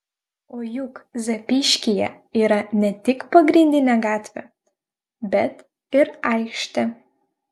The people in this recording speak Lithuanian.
o juk zapyškyje yra ne tik pagrindinė gatvė bet ir aikštė